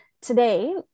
today